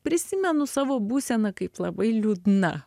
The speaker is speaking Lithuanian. prisimenu savo būseną kaip labai liūdna